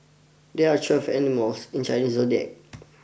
there are twelve animals in Chinese zodiac